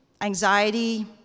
anxiety